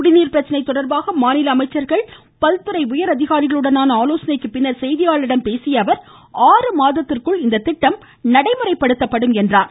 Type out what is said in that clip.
குடிநீர் பிரச்சனை தொடர்பாக மாநில அமைச்சர்கள் மற்றும் பல்துறை உயர்அதிகாரிகளுடனான ஆலோசனைக்கு பின் செய்தியாளர்களிடம் பேசிய அவர் ஆறு மாதத்திற்குள் இந்த திட்டம் நடைமுறைப்படுத்தப்படும் என்றார்